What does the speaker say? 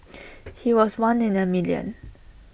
he was one in A million